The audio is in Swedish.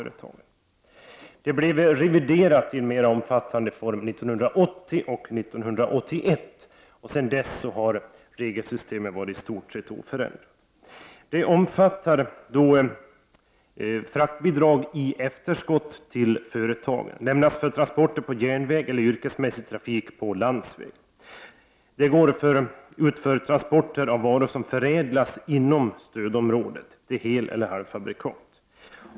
Stödet blev reviderat i en mera omfattande form 1980 och 1981. Sedan dess har regelsystemet varit i stort sett oförändrat. Stödet omfattar fraktbidrag i efterskott till företagen. Stödet lämnas för transporter på järnväg eller för yrkesmässig trafik på landsväg. Det lämnas också för transporter av varor som förädlas inom stödområdet till heleller halvfabrikat.